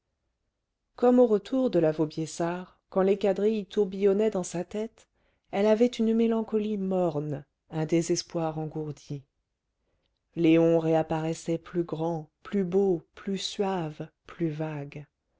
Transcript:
comme au retour de la vaubyessard quand les quadrilles tourbillonnaient dans sa tête elle avait une mélancolie morne un désespoir engourdi léon réapparaissait plus grand plus beau plus suave plus vague